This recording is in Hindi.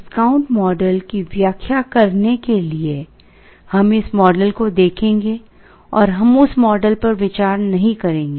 डिस्काउंट मॉडल की व्याख्या करने के लिए हम इस मॉडल को देखेंगे और हम उस मॉडल पर विचार नहीं करेंगे